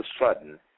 sudden